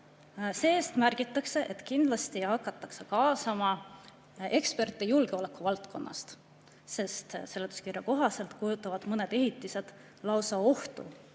See-eest märgitakse, et kindlasti hakatakse kaasama eksperte julgeolekuvaldkonnast, sest seletuskirja kohaselt kujutavad mõned ehitised lausa ohtu